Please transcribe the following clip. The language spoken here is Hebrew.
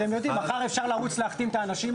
אתם יודעים שאי-אפשר לרוץ מחר ולהחתים את האנשים.